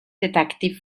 detective